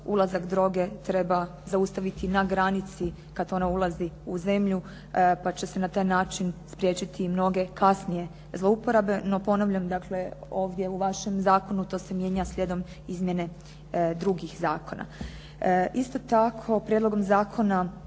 Ulazak droge treba zaustavit na granici kada ona ulazi u zemlju, pa će se na taj način spriječiti i mnoge kasnije zlouporabe. No ponavljam ovdje u vašem zakonu to se mijenja slijedom izmjene drugih zakona. Isto tako Prijedlogom zakona